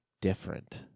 different